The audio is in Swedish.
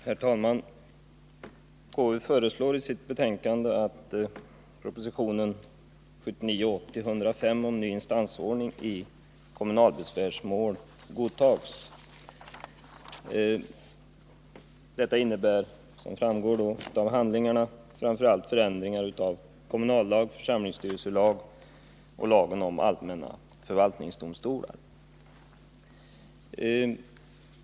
Herr talman! Konstitutionsutskottet föreslår i sitt betänkande att propositionen 1979/80:105 om ny instansordning i kommunalbesvärsmål godtas. Detta innebär, som framgår av handlingarna, framför allt förändringar av kommunallag, församlingsstyrelselag och lagen om allmänna förvaltningsdomstolar.